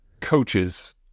coaches